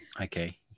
Okay